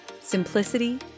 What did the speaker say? simplicity